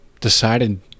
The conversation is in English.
decided